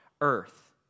earth